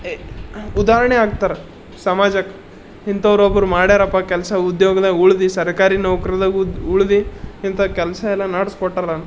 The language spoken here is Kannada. ಉದಾಹರಣೆ ಆಗ್ತಾರೆ ಸಮಾಜಕ್ಕೆ ಇಂಥವ್ರು ಒಬ್ಬರು ಮಾಡ್ಯಾರಪ್ಪ ಕೆಲಸ ಉದ್ಯೋಗ್ದಾಗ ಉಳ್ದು ಸರ್ಕಾರಿ ನೌಕ್ರಿದಾಗ ಉದ್ ಉಳ್ದು ಇಂಥ ಕೆಲಸ ಎಲ್ಲ ನಡ್ಸ್ಕೊಟ್ಟಾರ